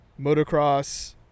motocross